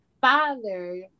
father